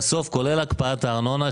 תבדקו אם יש שוויון בין ההשקעה בחינוך